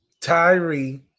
Tyree